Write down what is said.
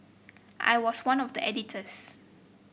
I was one of the editors